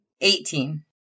Eighteen